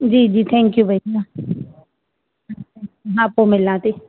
जी जी थेंक्यू भई हा पोइ मिलां थी